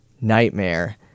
nightmare